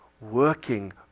working